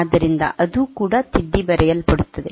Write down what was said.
ಆದ್ದರಿಂದ ಅದು ಕೂಡ ತಿದ್ದಿ ಬರೆಯಲ್ಪಡುತ್ತದೆ